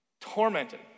Tormented